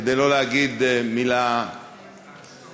כדי לא להגיד מילה גסה.